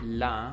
la